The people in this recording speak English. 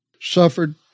suffered